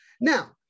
Now